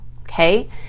okay